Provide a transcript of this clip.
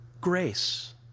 Grace